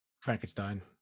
Frankenstein